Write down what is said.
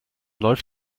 läuft